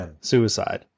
suicide